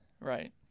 right